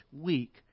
week